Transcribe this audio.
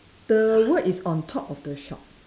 the word is on top of the shop